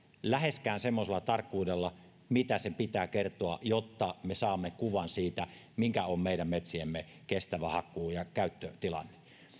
läheskään semmoisella tarkkuudella mitä sen pitää kertoa jotta me saamme kuvan siitä mikä on meidän metsiemme kestävä hakkuu ja käyttötilanne